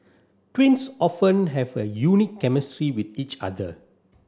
twins often have a unique chemistry with each other